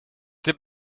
dit